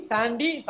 Sandy